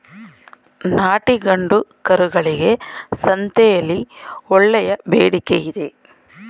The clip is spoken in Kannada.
ನಾಟಿ ಗಂಡು ಕರುಗಳಿಗೆ ಸಂತೆಯಲ್ಲಿ ಒಳ್ಳೆಯ ಬೇಡಿಕೆಯಿದೆ